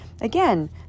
again